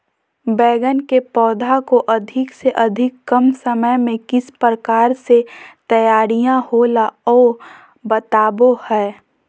बैगन के पौधा को अधिक से अधिक कम समय में किस प्रकार से तैयारियां होला औ बताबो है?